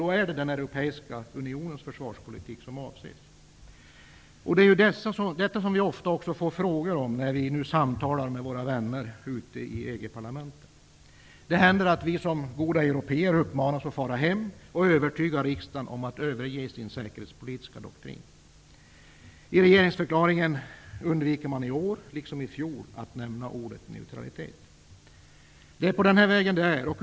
Då är det den europeiska unionens försvarspolitik som avses. Det är detta som vi ofta får frågor om när vi samtalar med våra vänner ute i EG-parlamenten. Det händer att vi som goda européer uppmanas att fara hem och övertyga riksdagen om att den skall överge sin säkerhetspolitiska doktrin. I regeringsförklaringen undviker man i år, liksom i fjol, att nämna ordet neutralitet. På den vägen är det.